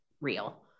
real